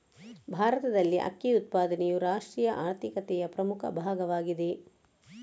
ಭಾರತದಲ್ಲಿ ಅಕ್ಕಿ ಉತ್ಪಾದನೆಯು ರಾಷ್ಟ್ರೀಯ ಆರ್ಥಿಕತೆಯ ಪ್ರಮುಖ ಭಾಗವಾಗಿದೆ